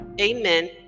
Amen